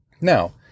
Now